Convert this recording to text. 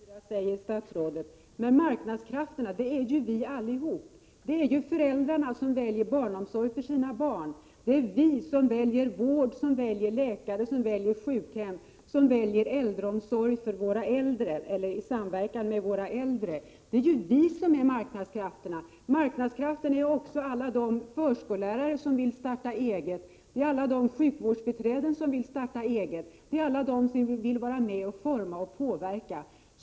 Fru talman! Marknadskrafterna skall inte styra, säger statsrådet. Men marknadskrafterna, det är ju vi allihop. Det är föräldrarna som väljer barnomsorg för sina barn. Det är vi som väljer vård, läkare och sjukhem och som i samverkan med våra äldre väljer äldreomsorg. Det är ju vi som är marknadskrafterna. Marknadskrafterna är också alla de förskollärare som vill starta eget, det är alla de sjukvårdsbiträden som vill starta eget, det är alla Prot. 1987/88:120 som vill vara med att forma och påverka.